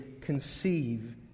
conceive